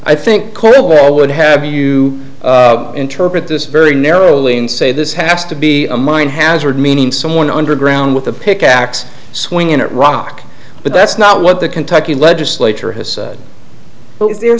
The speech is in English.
i think i would have you interpret this very narrowly and say this has to be a mine hazard meaning someone underground with a pick axe swinging it rock but that's not what the kentucky legislature has said but is there